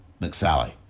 McSally